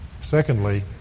Secondly